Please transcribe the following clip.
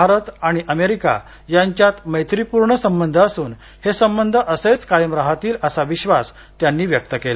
भारत आणि अमेरिका यांच्यात मैत्रिपूर्ण संबंध असून हे संबंध असेच कायम राहतील असा विश्वास त्यांनी व्यक्त केला